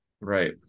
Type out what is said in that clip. Right